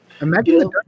Imagine